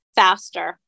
faster